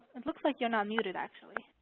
it looks like you're not muted, actually.